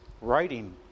writing